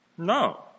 No